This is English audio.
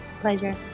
Pleasure